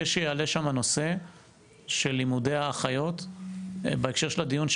כשבחנו את כל הנתונים לגבי ההגדרות של איך